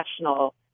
national